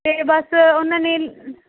ਅਤੇ ਬਸ ਉਹਨਾਂ ਨੇ